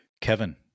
Kevin